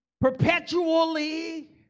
perpetually